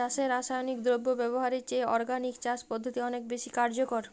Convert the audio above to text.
চাষে রাসায়নিক দ্রব্য ব্যবহারের চেয়ে অর্গানিক চাষ পদ্ধতি অনেক বেশি কার্যকর